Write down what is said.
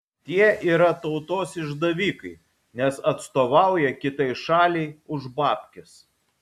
tie yra tautos išdavikai nes atstovauja kitai šaliai už babkes